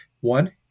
One